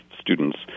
students